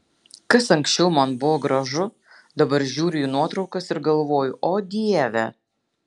kas anksčiau man buvo gražu dabar žiūriu į nuotraukas ir galvoju o dieve